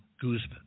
Guzman